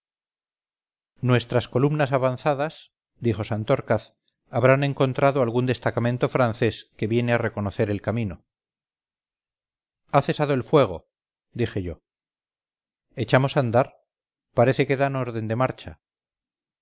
nuestras columnas avanzadas dijo santorcaz habrán encontrado algún destacamento francés que viene a reconocer el camino ha cesado el fuego dije yo echamos a andar parece que dan orden de marcha